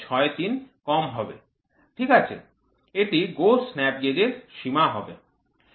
এটি GO snap gauge এর সীমা হবে